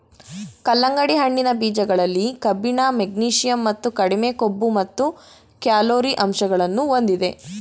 ಕಲ್ಲಂಗಡಿ ಹಣ್ಣಿನ ಬೀಜಗಳಲ್ಲಿ ಕಬ್ಬಿಣ, ಮೆಗ್ನೀಷಿಯಂ ಮತ್ತು ಕಡಿಮೆ ಕೊಬ್ಬು ಮತ್ತು ಕ್ಯಾಲೊರಿ ಅಂಶಗಳನ್ನು ಹೊಂದಿದೆ